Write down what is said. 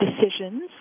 decisions